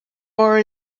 are